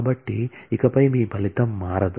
కాబట్టి ఇకపై మీ ఫలితం మారదు